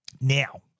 Now